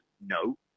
no